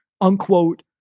unquote